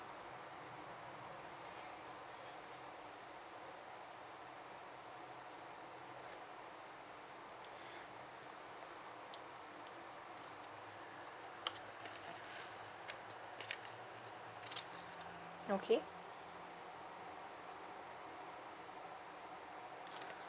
okay